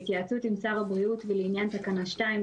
בהתייעצות עם שר הבריאות ולעניין תקנה 2,